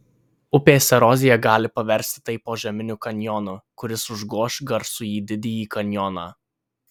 upės erozija gali paversti tai požeminiu kanjonu kuris užgoš garsųjį didįjį kanjoną